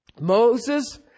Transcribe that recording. Moses